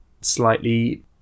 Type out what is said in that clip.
slightly